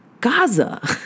Gaza